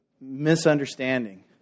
misunderstanding